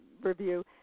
review